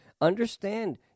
understand